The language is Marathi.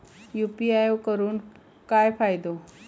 यू.पी.आय करून काय फायदो?